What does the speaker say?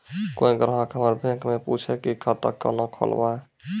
कोय ग्राहक हमर बैक मैं पुछे की खाता कोना खोलायब?